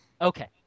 Okay